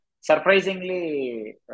surprisingly